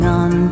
on